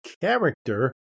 character